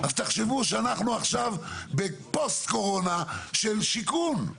אז תחשבו שאנחנו עכשיו בפוסט-קורונה, של שיכון,